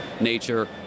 nature